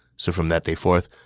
so from that day forth,